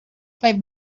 play